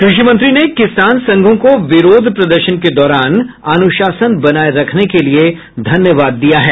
कृषि मंत्री ने किसान संघों को विरोध प्रदर्शन के दौरान अनुशासन बनाये रखने के लिए धन्यवाद दिया है